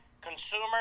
consumer